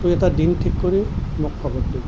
তই এটা দিন ঠিক কৰি মোক খবৰ কৰিবি